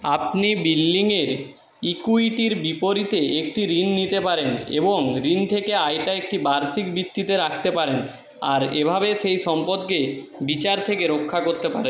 আপনি বিল্ডিংয়ের ইক্যুইটির বিপরীতে একটি ঋণ নিতে পারেন এবং ঋণ থেকে আয়টা একটি বার্ষিক বৃত্তিতে রাখতে পারেন আর এভাবে সেই সম্পদকে বেচার থেকে রক্ষা করতে পারেন